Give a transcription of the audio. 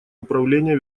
управления